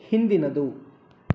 ಹಿಂದಿನದು